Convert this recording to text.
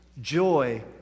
joy